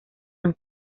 han